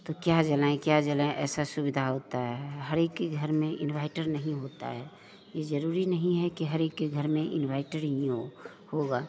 तो क्या जलाएं क्या जलाएं ऐसा सुविधा होता है हरेक के घर में इनभाईटर नहीं होता है ये जरूरी नहीं है कि हरेक के घर में इनभाईटर ही हो होगा